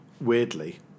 weirdly